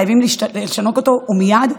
חייבים לשנות אותו ומייד,